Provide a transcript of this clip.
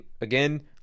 again